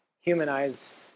humanize